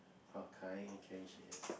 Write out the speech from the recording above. how kind and caring she is